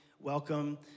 welcome